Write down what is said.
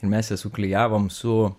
ir mes ją suklijavom su